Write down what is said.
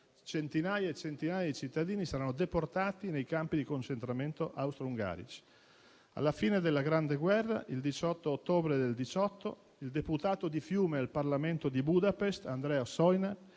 Centinaia e centinaia di cittadini saranno deportati nei campi di concentramento austro-ungarici. Alla fine della grande guerra, il 18 ottobre 1918, il deputato di Fiume al parlamento di Budapest, Andrea Ossoinack,